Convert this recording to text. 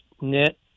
knit